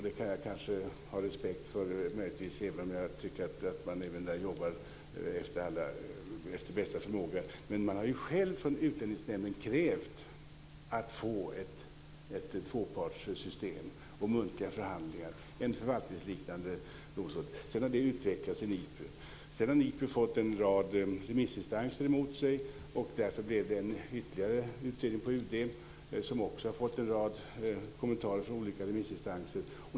Det kan jag möjligtvis ha respekt för även om jag tycker att man också där jobbar efter bästa förmåga. Man har ju själv från Utlänningsnämnden krävt att få ett tvåpartssystem och muntliga förhandlingar, alltså en förvaltningsliknande domstol. Sedan har det utvecklats i NIPU. NIPU har sedan fått en rad remissinstanser mot sig. Därför blev det ytterligare en utredning på UD, som också har fått en rad kommentarer från olika remissinstanser.